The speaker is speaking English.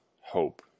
hope